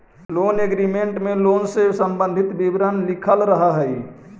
loan agreement में loan से संबंधित विवरण लिखल रहऽ हई